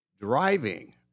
driving